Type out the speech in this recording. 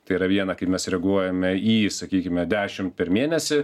tai yra viena kai mes reaguojame į sakykime dešim per mėnesį